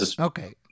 Okay